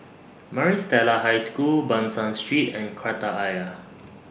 Maris Stella High School Ban San Street and Kreta Ayer